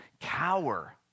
cower